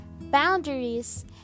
boundaries